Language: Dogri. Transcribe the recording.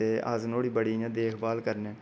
ते अस नुआढ़ी बड़ी इ'यां देख भाल करने आं